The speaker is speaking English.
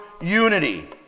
unity